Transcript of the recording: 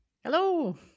Hello